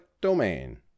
domain